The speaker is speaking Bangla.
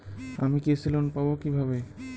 আমি কৃষি লোন কিভাবে পাবো?